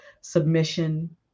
submission